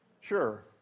Sure